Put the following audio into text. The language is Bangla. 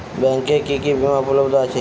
ব্যাংকে কি কি বিমা উপলব্ধ আছে?